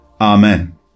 Amen